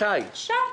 עכשיו.